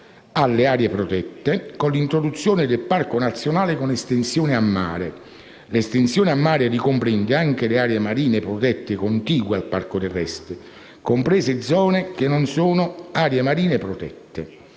alle aree protette, con l'introduzione del parco nazionale con estensione a mare: l'estensione a mare ricomprende anche le aree marine protette contigue al parco terrestre, comprese le zone che non sono aree marine protette